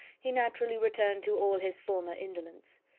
he naturally returned to all his former indolence.